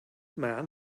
man